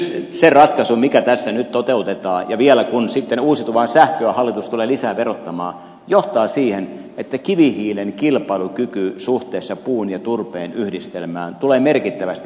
nyt se ratkaisu mikä tässä nyt toteutetaan vielä kun sitten uusiutuvaa sähköä hallitus tulee lisää verottamaan johtaa siihen että kivihiilen kilpailukyky suhteessa puun ja turpeen yhdistelmään tulee merkittävästi parantumaan